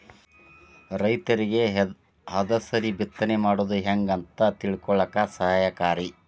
ರೈತರಿಗೆ ಹದಸರಿ ಬಿತ್ತನೆ ಮಾಡುದು ಹೆಂಗ ಅಂತ ತಿಳಕೊಳ್ಳಾಕ ಸಹಾಯಕಾರಿ